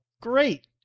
great